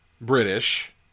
British